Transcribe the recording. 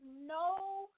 no